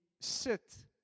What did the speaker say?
sit